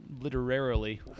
Literarily